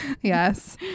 yes